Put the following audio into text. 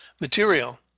material